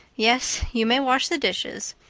yes, you may wash the dishes.